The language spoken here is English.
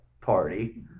party